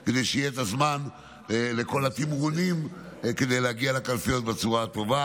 כדי שיהיה זמן לכל התמרונים כדי להגיע לקלפיות בצורה הטובה.